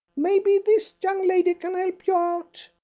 maybe this young lady can help you out.